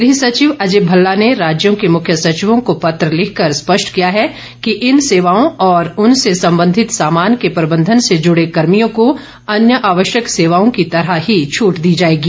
गृह सचिव अजय भल्ला ने राज्यों के मुख्य सचिवों को पत्र लिखकर स्पष्ट किया है कि इन सेवाओं और उनसे संबंधित सामान के प्रबंधन से जुड़े कर्मियों को अन्य आवश्यक सेवाओं की तरह ही छूट दी जाएगी